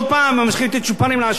ממשיכים לתת צ'ופרים לעשירים?